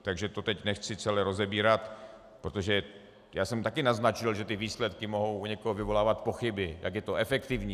Takže to teď nechci celé rozebírat, protože já jsem také naznačil, že ty výsledky mohou u někoho vyvolávat pochyby, jak je ta snaha efektivní.